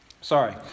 Sorry